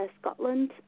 Scotland